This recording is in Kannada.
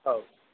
ಹೌದು